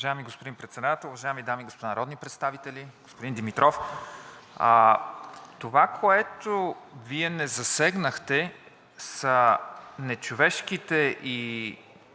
Уважаеми господин Председател, уважаеми дами и господа народни представители! Господин Димитров, това, което Вие не засегнахте, са нечовешките и